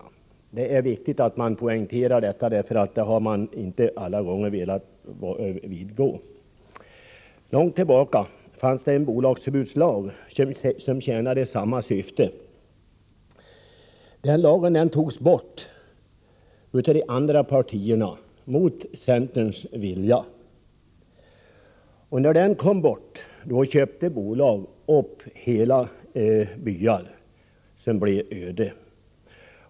Det är viktigt att poängtera detta, eftersom alla inte alltid har velat vidgå det. Långt tillbaka fanns en bolagförbudslag, som tjänade samma syfte. Den lagen togs bort av de andra partierna mot centerns vilja. När den togs bort köpte bolag upp hela byar, som blev öde.